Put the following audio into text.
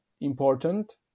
important